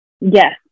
Yes